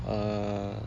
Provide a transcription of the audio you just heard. uh